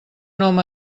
nom